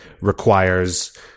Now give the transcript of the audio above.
requires